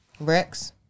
Rex